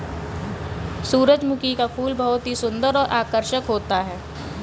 सुरजमुखी का फूल बहुत ही सुन्दर और आकर्षक होता है